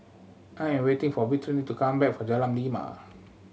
I am waiting for Brittany to come back from Jalan Lima